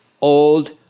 old